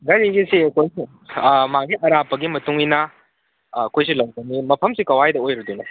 ꯒꯥꯔꯤꯒꯤꯁꯤ ꯑꯩꯈꯣꯏꯁꯤ ꯃꯥꯒꯤ ꯑꯔꯥꯞꯄꯒꯤ ꯃꯇꯨꯡ ꯏꯟꯅ ꯑꯩꯈꯣꯏ ꯁꯦꯜ ꯂꯧꯒꯅꯤ ꯃꯐꯝꯁꯤ ꯀꯋꯥꯏꯗ ꯑꯣꯏꯔꯗꯣꯏꯅꯣ